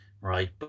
right